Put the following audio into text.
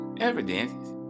evidence